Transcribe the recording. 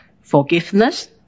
Forgiveness